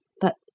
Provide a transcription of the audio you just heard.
but—